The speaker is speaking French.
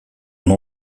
nom